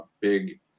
big